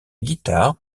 guitare